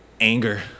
anger